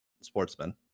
Sportsman